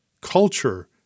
culture